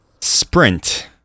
sprint